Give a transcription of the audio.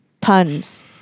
tons